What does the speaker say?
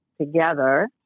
together